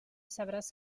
sabràs